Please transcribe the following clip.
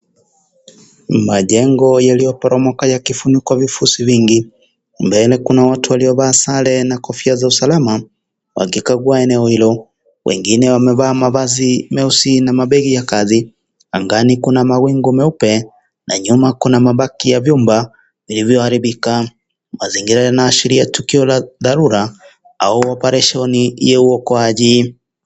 Majengo yaliyo poromoka yakifunika vifusi vingi mbele kuna watu walio vaa sare na kofia za usalama wakikagua eneo hilo, wengine wamevaa mavazi meusi na mabegi ya kazi angani kuna mawingu meupe na nyuma kuna mabaki ya vyumba vilivyo haribika. Mazingira yana ashiria tukio la dharura au operation ya uokoaji.